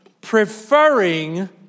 preferring